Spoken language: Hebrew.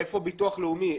ואיפה ביטוח לאומי,